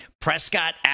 Prescott